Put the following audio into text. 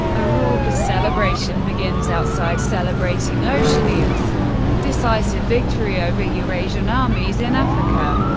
a raucous celebration begins outside, celebrating oceania's decisive victory over eurasian armies in africa,